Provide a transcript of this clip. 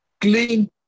Clean